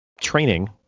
training